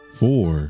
four